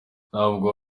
ntabwo